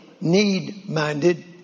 need-minded